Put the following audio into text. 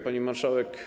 Pani Marszałek!